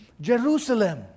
jerusalem